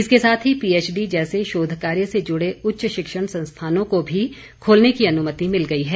इसके साथ ही पीएचडी जैसे शोधकार्य से जुडे उच्च शिक्षण संस्थानों को भी खोलने की अनुमति मिल गई है